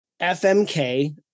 FMK